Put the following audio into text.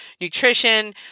nutrition